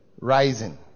rising